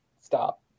Stop